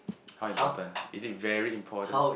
how important is it very important